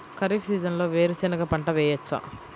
ఖరీఫ్ సీజన్లో వేరు శెనగ పంట వేయచ్చా?